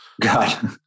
God